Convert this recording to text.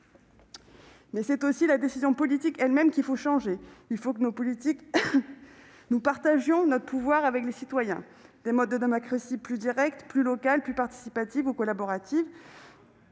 Mais c'est aussi la décision politique elle-même qu'il faut changer. Il faut que nous, politiques, partagions notre pouvoir avec les citoyens. Des modes de démocratie plus directe, plus locale, plus participative, plus collaborative,